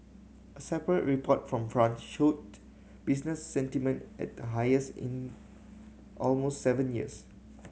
a separate report from France showed business sentiment at the highest in almost seven years